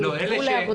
לא.